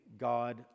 God